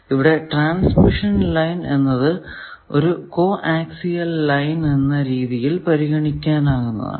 ഇവിടെ transmission line എന്നതിനെ ഒരു കോ ആക്സിയൽ ലൈൻ എന്ന രീതിയിൽ പരിഗണിക്കാനാകുന്നതാണ്